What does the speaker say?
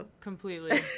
completely